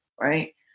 right